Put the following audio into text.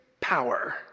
power